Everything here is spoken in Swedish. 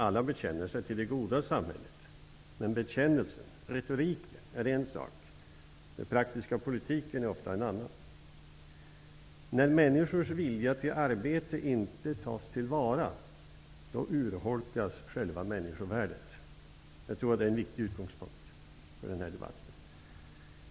Alla bekänner sig till det goda samhället. Men bekännelsen, retoriken, är en sak. Den praktiska politiken är ofta en annan. När människors vilja till arbete inte tas till vara, då urholkas själva människovärdet. Jag tror att det är en viktig utgångspunkt för den här debatten.